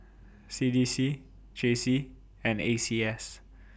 C D C J C and A C S